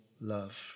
love